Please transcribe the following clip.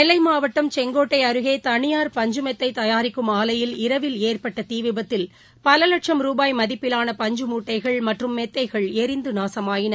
நெல்லை மாவட்டம் செங்கோட்டை அருகே தனியார் பஞ்சு மெத்தை தயாரிக்கும் ஆலையில் இரவில் ஏற்பட்ட தீ விபத்தில் பல லட்சும் ரூபாய் மதிப்பிலான பஞ்சு மூட்டைகள் மற்றும் மெத்தைகள் எரிந்து நாசமாயின